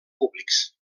públics